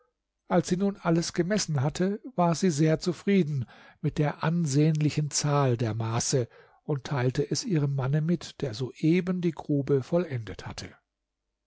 als sie nun alles gemessen hatte war sie sehr zufrieden mit der ansehnlichen zahl der maße und teilte es ihrem manne mit der soeben die grube vollendet hatte